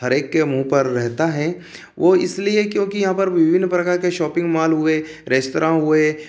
हर एक के मुहँ पर रहता है वो इसलिए क्योंकि यहाँ पर विभिन्न प्रकार के शॉपिंग मॉल हुए रेस्तरां हुए